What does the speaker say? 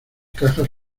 cajas